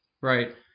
right